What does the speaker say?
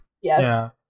Yes